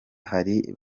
hari